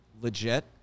legit